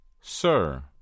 Sir